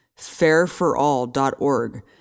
fairforall.org